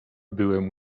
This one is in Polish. byłem